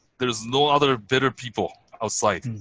there's no other bitter people outside